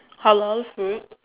halal food